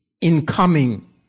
incoming